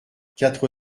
quatre